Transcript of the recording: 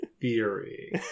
theory